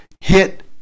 hit